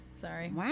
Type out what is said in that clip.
Sorry